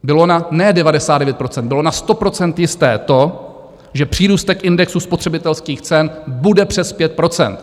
Bylo na ne 99 %, bylo na 100 % jisté to, že přírůstek indexu spotřebitelských cen bude přes 5 %.